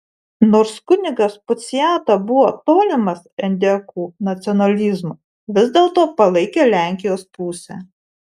nors kunigas puciata buvo tolimas endekų nacionalizmui vis dėlto palaikė lenkijos pusę